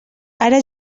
ara